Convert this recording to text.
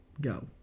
go